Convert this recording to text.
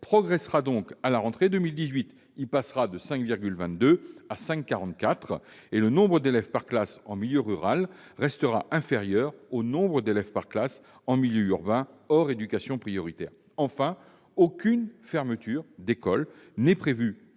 progressera donc à la rentrée 2018 : il passera à 5,44, contre 5,22 en 2017. Le nombre d'élèves par classe en milieu rural restera inférieur au nombre d'élèves par classe en milieu urbain, hors éducation prioritaire. Enfin, aucune fermeture d'école n'est prévue